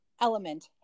element